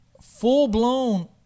full-blown